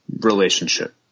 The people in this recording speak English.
relationship